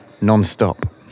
non-stop